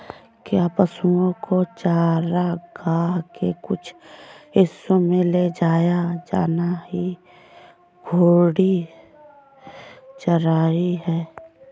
क्या पशुओं को चारागाह के कुछ हिस्सों में ले जाया जाना ही घूर्णी चराई है?